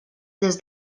des